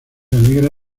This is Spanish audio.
alegra